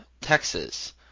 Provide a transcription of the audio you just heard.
Texas